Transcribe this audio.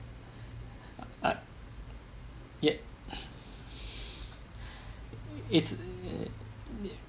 yeah it's